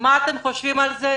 מה אתם חושבים על זה?